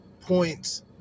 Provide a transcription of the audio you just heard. points